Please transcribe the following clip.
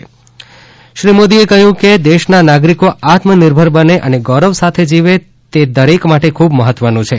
પ્રધાનમંત્રી શ્રી નરેન્દ્ર મોદીએ કહ્યું કે દેશના નાગરિકો આત્મનિર્ભર બને અને ગૌરવ સાથે જીવે તે દરેક માટે ખૂબ મહત્વનું છે